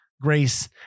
grace